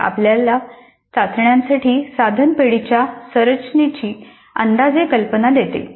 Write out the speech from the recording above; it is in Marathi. हे आपल्याला चाचण्यांसाठी साधन पेढीेच्या संरचनेची अंदाजे कल्पना देते